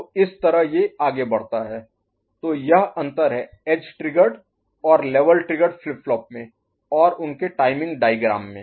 तो इस तरह ये आगे बढ़ता है तो यह अंतर है एज ट्रिगर्ड और लेवल ट्रिगर्ड फ्लिप फ्लॉप में और उनके टाइमिंग डायग्राम में